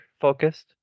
focused